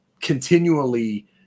continually